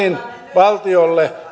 valtiolle